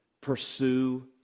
pursue